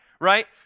right